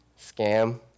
scam